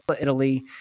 Italy